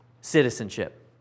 citizenship